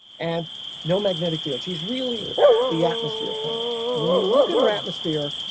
and no magnetic field. she's really the atmosphere planet. and when you look at her atmosphere,